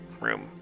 room